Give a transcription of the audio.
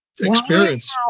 Experience